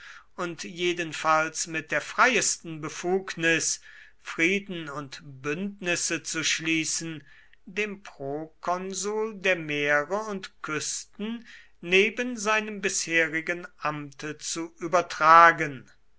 und jedenfalls mit der freiesten befugnis frieden und bündnis zu schließen dem prokonsul der meere und küsten neben seinem bisherigen amte zu übertragen